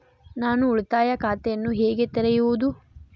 ನಾನು ಉಳಿತಾಯ ಖಾತೆಯನ್ನು ಹೇಗೆ ತೆರೆಯುವುದು?